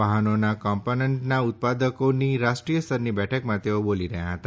વાહનોના કોમ્પોનન્ટના ઉત્પાદકોની રાષ્ટ્રીય સ્તરની બેઠકમાં તેઓ બોલી રહ્યા હતા